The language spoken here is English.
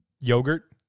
yogurt